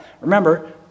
Remember